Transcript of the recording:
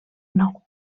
nou